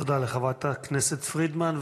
תודה לחברת הכנסת פרידמן.